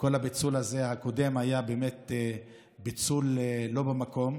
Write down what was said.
כל הפיצול הזה הקודם היה באמת פיצול לא במקום,